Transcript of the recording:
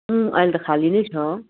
अँ अहिले त खाली नै छ